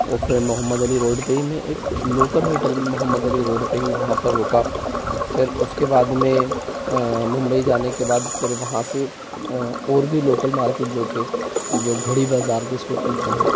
और फिर मोहम्मद अली रोड पर ही मैं एक local hotel Mohammed Ali road पे ही वहाँ पर रुका फिर उसके बाद में मुंबई जाने के बाद फिर वहाँ से और भी लोकल मार्किट जो थे जो घड़ी बाज़ार जिसको कहते हैं